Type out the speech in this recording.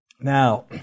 Now